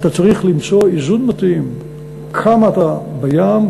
אתה צריך למצוא איזון מתאים כמה אתה בים,